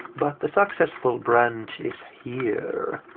but the successful branch is here.